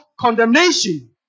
condemnation